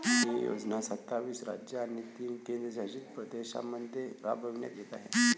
ही योजना सत्तावीस राज्ये आणि तीन केंद्रशासित प्रदेशांमध्ये राबविण्यात येत आहे